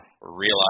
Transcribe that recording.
realize